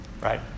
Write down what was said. right